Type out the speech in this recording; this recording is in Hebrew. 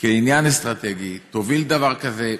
כעניין אסטרטגי, תוביל דבר כזה?